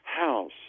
house